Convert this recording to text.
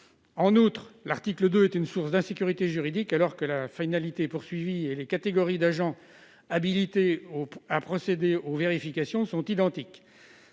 En outre, l'article 2 est une source d'insécurité juridique, alors que la finalité recherchée et les catégories d'agents habilités à procéder aux vérifications sont identiques.